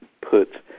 put